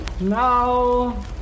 Now